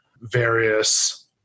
various